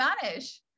Spanish